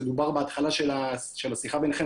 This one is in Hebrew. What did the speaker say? זה דובר בהתחלה של השיחה ביניכם,